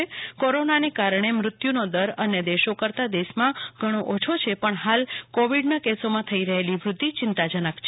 દેશમાં કોરોનાને કારણે મૃત્યુનો દર અન્ય દેશો કરતા ઘણો ઓછો છે પણ હાલમાં કોવિડના કેસોમાં થઈ રહેલી વૃધ્ધી ચિંતાજનક છે